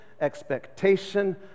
expectation